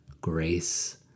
grace